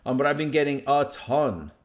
um but i've been getting a ton,